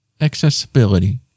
Accessibility